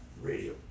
radio